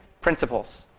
principles